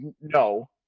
No